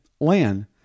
land